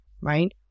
right